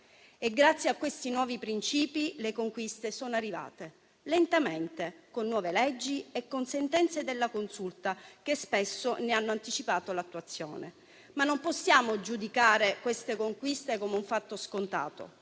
Grazie a questi nuovi principi le conquiste sono arrivate, lentamente, con nuove leggi e con sentenze della Consulta che spesso ne hanno anticipato l'attuazione. Non possiamo giudicare però queste conquiste come un fatto scontato.